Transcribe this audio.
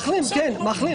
מחלים, מחלים.